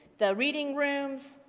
the reading rooms,